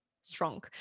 strong